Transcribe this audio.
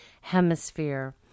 Hemisphere